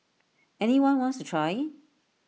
any one wants to try